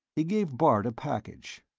he gave bart a package.